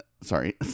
sorry